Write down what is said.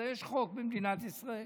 יש חוק במדינת ישראל,